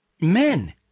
men